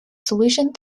solution